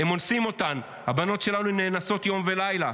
הם אונסים אותן, הבנות שלנו נאנסות יום ולילה.